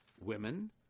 women